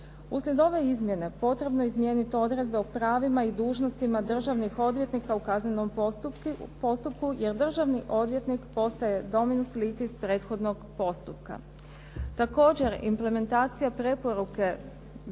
Uslijed ove izmjene potrebno je izmijeniti odredbe o pravima i dužnostima državnih odvjetnika u kaznenom postupku, jer državni odvjetnik postaje dominus litis prethodnog postupka. Također implementacija preporuke